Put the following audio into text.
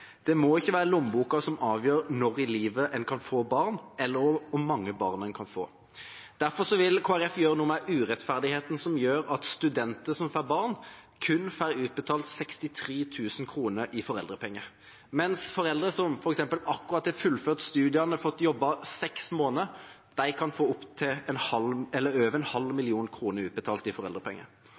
Det må ikke være lommeboka som avgjør når i livet en kan få barn, eller hvor mange barn en kan få. Derfor vil Kristelig Folkeparti gjøre noe med urettferdigheten som gjør at studenter som får barn, kun får utbetalt 63 000 kr i foreldrepenger, mens foreldre som f.eks. akkurat har fullført studiene og fått jobbet i seks måneder, kan få over en halv million kroner utbetalt i foreldrepenger.